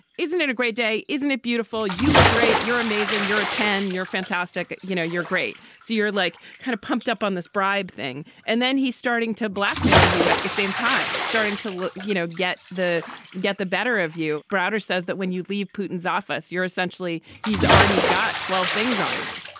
isn't it a great day. isn't it beautiful you look right. you're amazing you're a ten you're fantastic you know you're great. see you're like kind of pumped up on this bribe thing and then he's starting to blackmail you at the same time starting to you know get the get the better of you. browder says that when you leave putin's office you're essentially he's already already got twelve things on you.